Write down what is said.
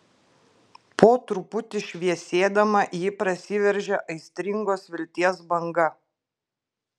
po truputį šviesėdama ji prasiveržia aistringos vilties banga